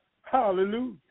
hallelujah